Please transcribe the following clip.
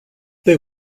they